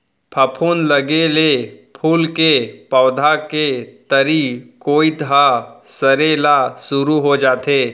फफूंद लगे ले फूल के पउधा के तरी कोइत ह सरे ल सुरू हो जाथे